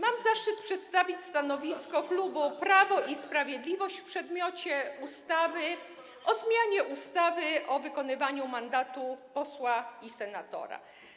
Mam zaszczyt przedstawić stanowisko klubu Prawo i Sprawiedliwość w przedmiocie ustawy o zmianie ustawy o wykonywaniu mandatu posła i senatora.